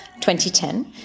2010